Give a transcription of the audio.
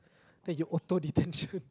then you auto detention